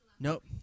Nope